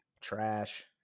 Trash